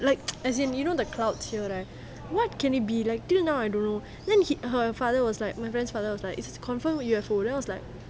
as in you know the clouds here right what can it be right till now I don't know then her father was like my friend's father was like it's confirm U_F_O then I was like